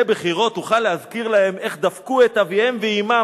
בחירות אוכל להזכיר להם/ איך דפקו את אביהם ואמם,